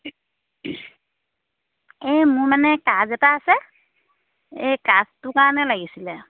এই মোৰ মানে কাজ এটা আছে এই কাজটোৰ কাৰণে লাগিছিলে